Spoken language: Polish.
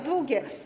Drugie.